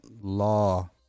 law